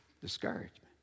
discouragement